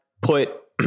put